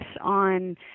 on